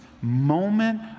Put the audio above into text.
moment